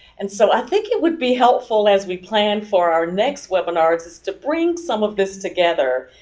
and so, i think it would be helpful as we plan for our next webinar, just to bring some of this together,